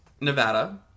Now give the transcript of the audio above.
Nevada